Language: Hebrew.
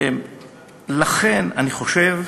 לכן אני חושב